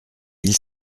mille